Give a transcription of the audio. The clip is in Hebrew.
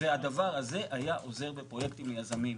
הדבר הזה היה עוזר בפרויקטים ליזמים.